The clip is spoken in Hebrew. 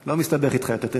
לא מסתבך אתך יותר,